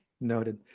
Noted